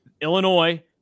Illinois